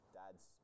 dad's